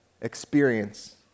experience